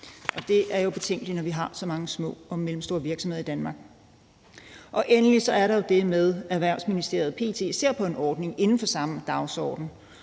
være betænkeligt, når vi har så mange små og mellemstore virksomheder i Danmark. Endelig er der jo det med, at Erhvervsministeriet p.t. ser på en ordning inden for samme dagsorden,